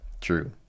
true